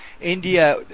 India